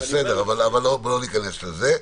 בוא לא ניכנס לזה.